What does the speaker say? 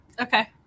Okay